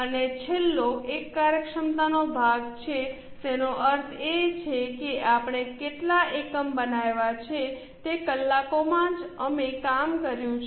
અને છેલ્લો એક કાર્યક્ષમતાનો ભાગ છે તેનો અર્થ એ છે કે આપણે કેટલા એકમ બનાવ્યાં છે તે કલાકોમાં જ અમે કામ કર્યું છે